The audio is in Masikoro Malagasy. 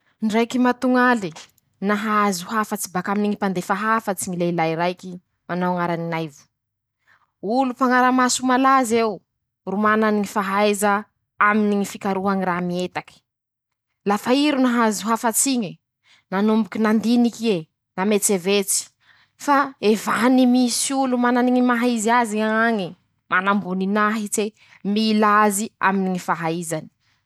Ndraiky matoñale :-"Nahazo hafatsy bakaminy ñy mpandefa hafatsy ñy lehilahy raiky manao añarany Naivo ;olo mpañaramaso malaz'eo ,ro manany ñy fahaiza aminy ñy fikaroha ñy raha mietaky ;lafa i ro nahazo hafats'iñy ,nanomboky nandiniky ie ,nametsivetsy fa evainy misy olo manany ñy maha izy azy ñ'añy ,manam-boninahitse mila azy aminy ñy fahaizany ".